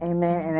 Amen